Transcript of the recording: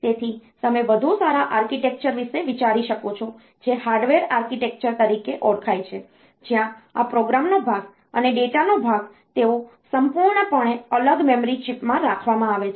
તેથી તમે વધુ સારા આર્કિટેક્ચર વિશે વિચારી શકો છો જે હાર્વર્ડ આર્કિટેક્ચર તરીકે ઓળખાય છે જ્યાં આ પ્રોગ્રામનો ભાગ અને ડેટાનો ભાગ તેઓ સંપૂર્ણપણે અલગ મેમરી ચિપ્સમાં રાખવામાં આવે છે